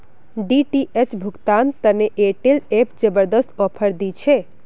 DTH भुगतान तने Airtel app जबरदस्त ऑफर दी छे